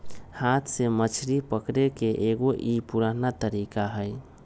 हाथ से मछरी पकड़े के एगो ई पुरान तरीका हई